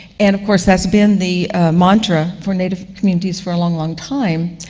and of course that's been the mantra for native communities for a long, long time.